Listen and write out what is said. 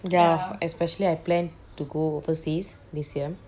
ya especially I plan to go overseas this year